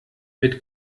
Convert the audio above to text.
mit